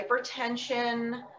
hypertension